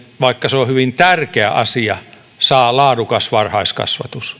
vaikka se on hyvin tärkeä asia nyt tuntuu että ylikorostuneen merkityksen saava laadukas varhaiskasvatus se